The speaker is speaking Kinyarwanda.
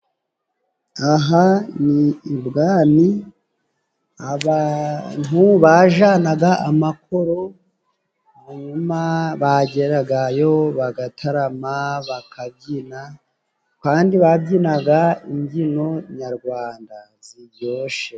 Aha ni i bwami abantu bajanaga amakoro, hanyuma bageragayo bagatarama bakabyina kandi babyinaga imbyino nyarwanda ziryoshe.